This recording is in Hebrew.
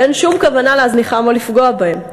ואין שום כוונה להזניחם או לפגוע בהם.